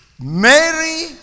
Mary